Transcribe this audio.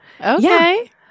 Okay